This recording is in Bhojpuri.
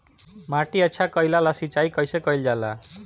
माटी अच्छा कइला ला सिंचाई कइसे कइल जाला?